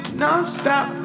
nonstop